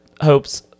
hopes